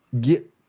get